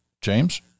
James